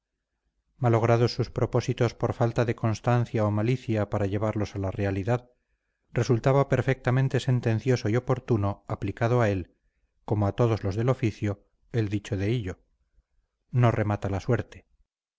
la nación malogrados sus propósitos por falta de constancia o malicia para llevarlos a la realidad resultaba perfectamente sentencioso y oportuno aplicado a él como a todos los del oficio el dicho de hillo no remata la suerte